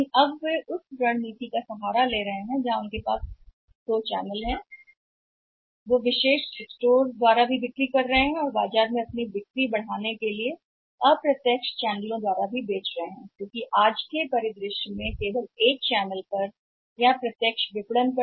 लेकिन अब वे उस रणनीति का सहारा ले रहे हैं जो दोनों की बिक्री एक्सक्लूसिव है दुकान भी और वे कहते हैं कि अप्रत्यक्ष चैनलों के माध्यम से भी बिक्री को अधिकतम करने के लिए बेच रहे हैं बाजार क्योंकि आज के परिदृश्य में प्रत्यक्ष पर एक चैनल पर निर्भर होना संभव नहीं है केवल विपणन